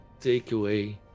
takeaway